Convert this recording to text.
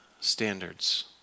standards